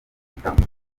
ibitambo